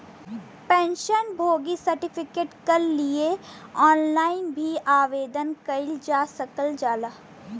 pension भोगी certificate कल लिए ऑनलाइन भी आवेदन कइल जा सकल जाला